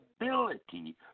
ability